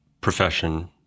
profession